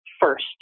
first